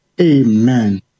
Amen